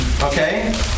Okay